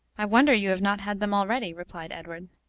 i wonder you have not had them already, replied edward.